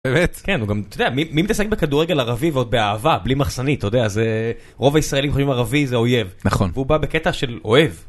מי מתעסק בכדורגל ערבי, ועוד באהבה, בלי מחסנית. אתה יודע זה רוב הישראלים חיים ערבי זה אויב. נכון. הוא בא בקטע של אוהב.